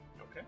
Okay